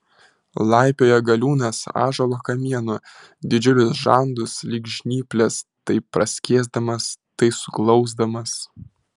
laipioja galiūnas ąžuolo kamienu didžiulius žandus lyg žnyples tai praskėsdamas tai suglausdamas